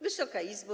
Wysoka Izbo!